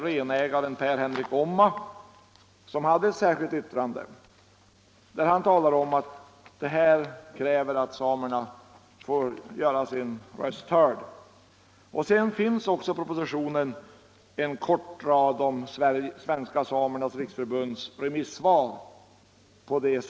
Renägaren Per-Henrik Omma hade ett särskilt yttrande där han talar om att samerna måste få göra sina röster hörda. I propositionen finns också en kort rad om Svenska samernas riksförbunds remissvar.